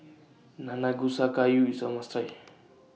Nanakusa Gayu IS A must Try